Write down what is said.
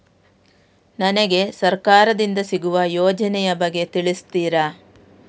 ನನಗೆ ಸರ್ಕಾರ ದಿಂದ ಸಿಗುವ ಯೋಜನೆ ಯ ಬಗ್ಗೆ ತಿಳಿಸುತ್ತೀರಾ?